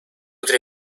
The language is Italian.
tre